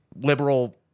liberal